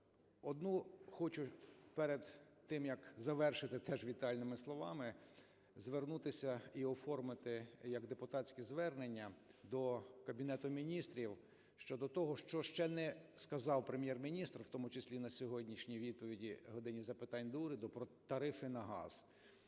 Одне хочу перед тим, як завершити теж вітальними словами, звернутися і оформити як депутатське звернення до Кабінету Міністрів щодо того, що ще не сказав Прем'єр-міністр, в тому числі і на сьогоднішній відповіді "години запитань до Уряду": про тарифи на газ,